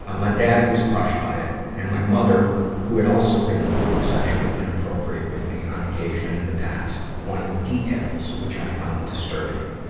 ah my dad was crushed by it, and my mother, who had also been a little sexually inappropriate with me on occasion in the past, wanted details, which i found disturbing.